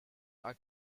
are